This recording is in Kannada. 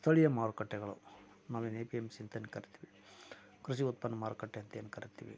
ಸ್ಥಳೀಯ ಮಾರುಕಟ್ಟೆಗಳು ನಾವೇನು ಎ ಪಿ ಎಮ್ ಸಿ ಅಂತೇನು ಕರಿತಿವಿ ಕೃಷಿ ಉತ್ಪನ್ನ ಮಾರುಕಟ್ಟೆ ಅಂತ ಏನು ಕರಿತಿವಿ